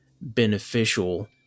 beneficial